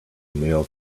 male